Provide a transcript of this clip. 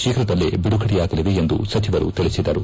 ಶೀಘ್ರದಲ್ಲೇ ಬಿಡುಗಡೆಯಾಗಲಿವೆ ಎಂದು ಸಚಿವರು ತಿಳಿಸಿದರು